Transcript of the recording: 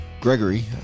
Gregory